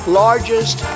largest